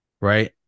right